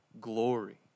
glory